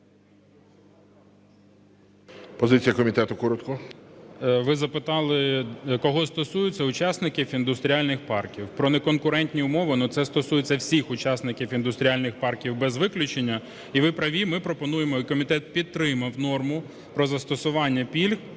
КОВАЛЬЧУК О.В. Ви запитали, кого стосується. Учасників індустріальних парків. Про неконкурентні умови – це стосується всіх учасників індустріальних парків без виключення. І ви праві, ми пропонуємо, і комітет підтримав норму про застосування пільг